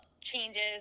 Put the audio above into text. changes